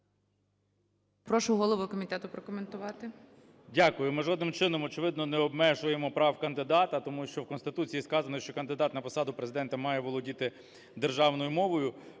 Прошу голову комітету прокоментувати. 13:36:47 КНЯЖИЦЬКИЙ М.Л. Дякую. Ми жодним чином, очевидно, не обмежуємо прав кандидата, тому що в Конституції сказано, що кандидат на посаду Президента має володіти державною мовою.